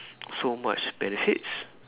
so much benefits